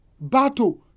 battle